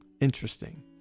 interesting